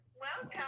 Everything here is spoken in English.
Welcome